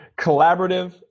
collaborative